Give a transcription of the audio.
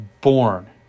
born